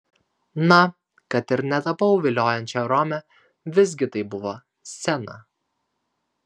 na kad ir netapau viliojančia rome visgi tai buvo scena